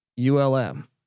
ULM